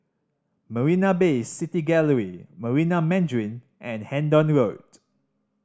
Marina Bay City Gallery Marina Mandarin and Hendon Road